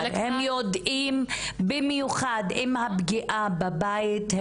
הם יודעים במיוחד אם הפגיעה בבית,